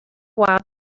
while